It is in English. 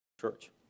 Church